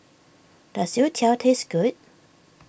does Youtiao taste good